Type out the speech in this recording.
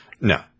No